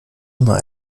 immer